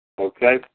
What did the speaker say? Okay